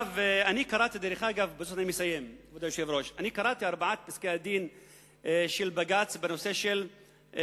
אני קראתי את ארבעת פסקי-הדין של בג"ץ על ארבעה